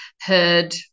heard